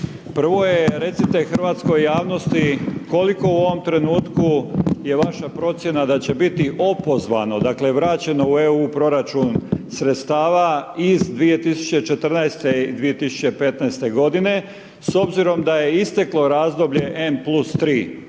Prvo je, recite hrvatskoj javnosti koliko u ovom trenutku je vaša procjena da će biti opozvano, dakle, vraćeno u EU proračun sredstava iz 2014. i 2015.g. s obzirom da je isteklo razdoblje N+3,